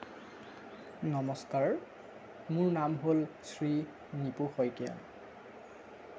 নমস্কাৰ মোৰ নাম হ'ল শ্ৰী নিপু শইকীয়া